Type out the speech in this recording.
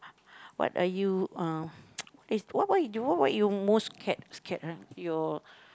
what are you uh what is what what what are what you most most scared scared ah your